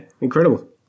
incredible